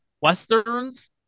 westerns